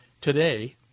today